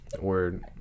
Word